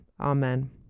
Amen